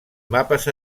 mapes